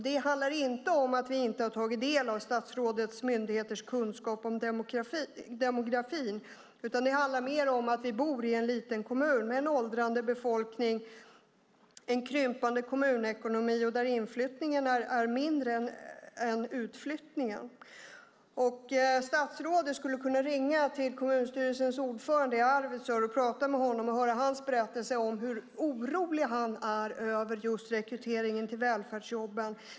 Det handlar inte om att vi inte har tagit del av statsrådets myndigheters kunskap om demografi, utan det handlar mer om att vi bor i en liten kommun med en åldrande befolkning, en krympande kommunekonomi och där inflyttningen är mindre än utflyttningen. Statsrådet skulle kunna ringa till kommunstyrelsens ordförande i Arvidsjaur och prata med honom och höra hans berättelse om hur orolig han är över just rekryteringen till välfärdsjobben.